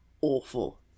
awful